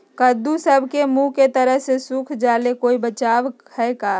कददु सब के मुँह के तरह से सुख जाले कोई बचाव है का?